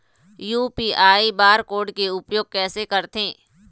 UPI bar code के उपयोग कैसे करथें?